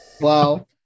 Wow